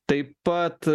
taip pat